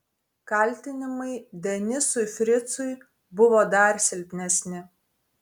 kaltinimai denisui fricui buvo dar silpnesni